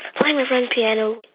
playing my friend's piano.